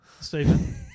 Stephen